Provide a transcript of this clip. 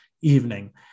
evening